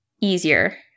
easier